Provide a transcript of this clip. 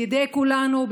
בידי כולנו,